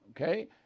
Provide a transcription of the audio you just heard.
okay